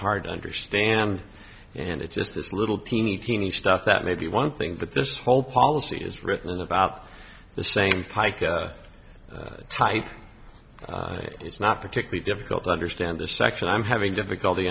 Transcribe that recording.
hard to understand and it's just this little teeny teeny stuff that maybe one thing that this whole policy is written about the same type it's not particularly difficult to understand the section i'm having difficulty